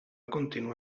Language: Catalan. continuar